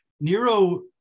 Nero